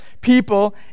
people